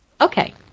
Okay